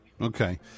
Okay